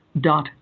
dot